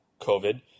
COVID